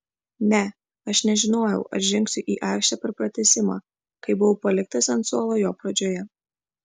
ne aš nežinojau ar žengsiu į aikštę per pratęsimą kai buvau paliktas ant suolo jo pradžioje